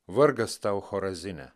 vargas tau chorazine